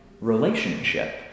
relationship